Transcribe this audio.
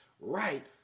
right